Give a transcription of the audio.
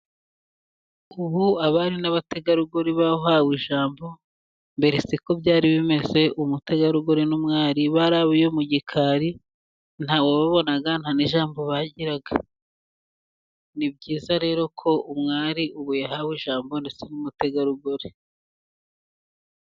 Ubu abari n'abategarugori bahawe ijambo, mbere siko byari bimeze, umutegarugori n'umwari bari ab'iyo mu gikari, ntawababonaga nta n'ijambo bagiraga. Ni byiza rero ko umwari ubu yahawe ijambo ndetse n'umutegarugori.